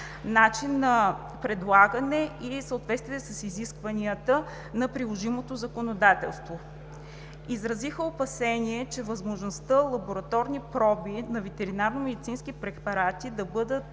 начин на предлагане и съответствие с изискванията на приложимото законодателство. Изразиха опасение, че възможността лабораторни проби на ветеринарномедицински препарати да бъдат